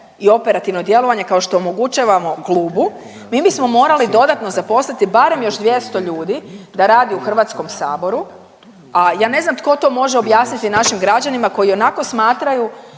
i operativno djelovanje kao što omogućavamo klubu, mi bismo morali dodatno zaposliti barem još 200 ljudi da radi u HS-u, a ja ne znam tko to može objasniti našim građanima koji ionako smatraju